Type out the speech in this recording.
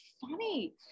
funny